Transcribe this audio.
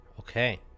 Okay